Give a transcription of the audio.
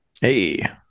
Hey